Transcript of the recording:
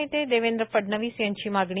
नेते देवेद्र फडणवीस यांची मागणी